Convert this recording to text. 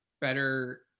better